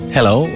Hello